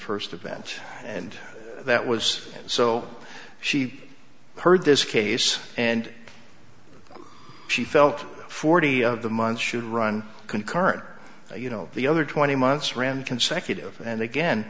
first event and that was so she heard this case and she felt forty of the months should run concurrent you know the other twenty months ran consecutive and again